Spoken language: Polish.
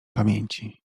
pamięci